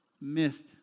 Missed